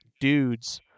dudes